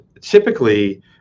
typically